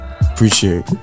Appreciate